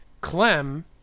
clem